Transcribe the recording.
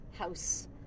house